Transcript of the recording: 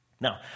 now